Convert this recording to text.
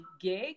gig